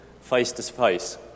face-to-face